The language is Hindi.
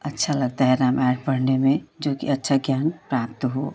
अच्छा लगता है रामायण पढ़ने में जोकि अच्छा ज्ञान प्राप्त हो